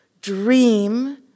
dream